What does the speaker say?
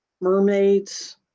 mermaids